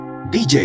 DJ